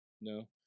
No